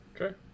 Okay